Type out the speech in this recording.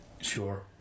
sure